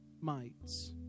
mites